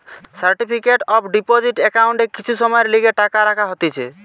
certificate of deposit একাউন্টে কিছু সময়ের লিগে টাকা রাখা হতিছে